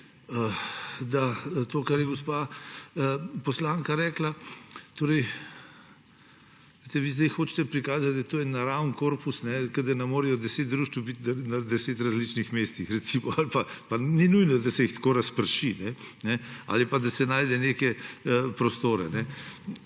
da to, kar je gospa poslanka rekla. Vi zdaj hočete prikazati, da je to en naraven korpus, kot da ne more biti deset društev na deset različnih mestih, recimo, pa ni nujno, da se jih tako razprši ali pa, da se najde neke prostore.